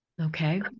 Okay